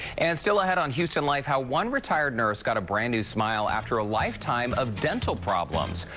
and still ahead on houston life, how one retired nurse got a brand new smile after a lifetime of dental problems.